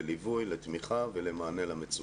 לליווי, לתמיכה ולמענק למצוקות.